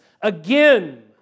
again